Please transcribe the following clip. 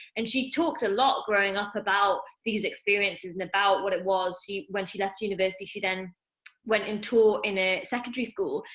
and she talked a lot, growing up, about these experiences, and about what it was. when she left university, she then went in taught in a secondary school,